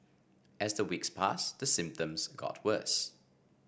as the weeks passed the symptoms got worse